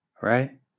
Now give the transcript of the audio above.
right